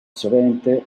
sovente